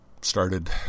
started